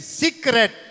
secret